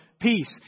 peace